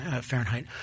Fahrenheit